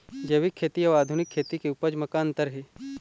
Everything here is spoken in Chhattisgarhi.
जैविक खेती अउ आधुनिक खेती के उपज म का अंतर हे?